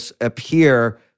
appear